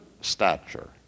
stature